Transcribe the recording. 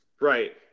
Right